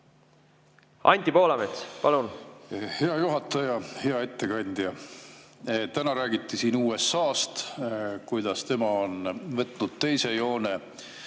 Anti Poolamets, palun! Hea juhataja! Hea ettekandja! Täna räägiti siin USA‑st, kuidas tema on võtnud teise joone.